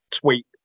tweet